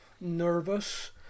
nervous